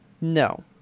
No